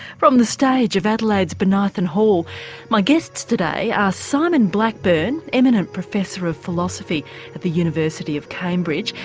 from the stage of adelaide's bonython hall my guests today are simon blackburn, eminent professor of philosophy at the university of cambridge.